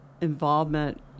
involvement